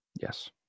Yes